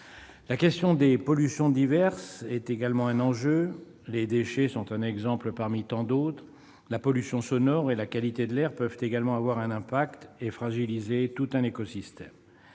La question des pollutions diverses est également un enjeu. Les déchets sont un exemple parmi tant d'autres. La pollution sonore et la qualité de l'air peuvent ainsi avoir un impact et fragiliser tout un écosystème.